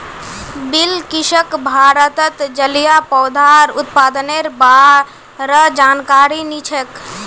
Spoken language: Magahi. बिलकिसक भारतत जलिय पौधार उत्पादनेर बा र जानकारी नी छेक